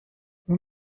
اون